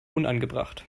unangebracht